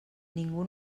ningú